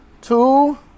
Two